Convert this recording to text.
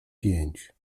pięć